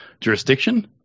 jurisdiction